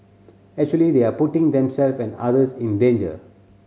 actually they are putting themselves and others in danger